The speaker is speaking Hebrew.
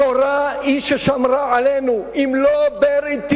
התורה היא ששמרה עלינו: "אם לא בריתי